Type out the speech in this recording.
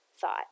thought